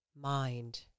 mind